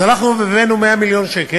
אז אנחנו הבאנו 100 מיליון שקל